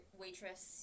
waitress